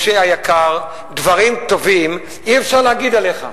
משה היקר, דברים טובים אי-אפשר להגיד עליך.